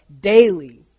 daily